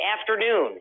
afternoon